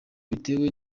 bitewe